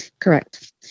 Correct